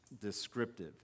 descriptive